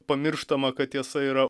pamirštama kad tiesa yra